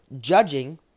judging